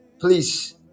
please